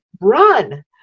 run